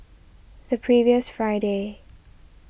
the previous Friday